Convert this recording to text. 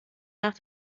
nach